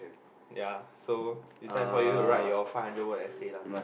ya so time for you too write your five hundred word essay lah